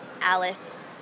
Alice